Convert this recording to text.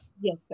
Yes